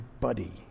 buddy